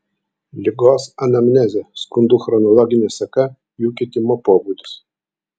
ligos anamnezė skundų chronologinė seka jų kitimo pobūdis